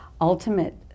ultimate